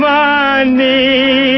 money